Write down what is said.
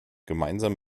gemeinsam